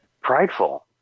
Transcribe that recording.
prideful